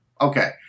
Okay